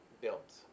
built